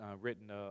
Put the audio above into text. written